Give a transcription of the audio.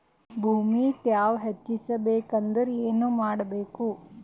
ಭೂಮಿ ತ್ಯಾವ ಹೆಚ್ಚೆಸಬೇಕಂದ್ರ ಏನು ಮಾಡ್ಬೇಕು?